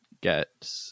get